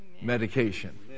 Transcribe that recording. Medication